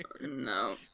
No